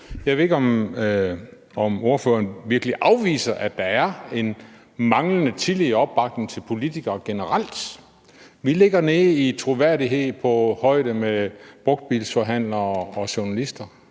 Jeg ved ikke, om ordføreren virkelig afviser, at der er en manglende tillid og opbakning til politikere generelt. Vi ligger i troværdighed nede på højde med brugtbilsforhandlere og journalister,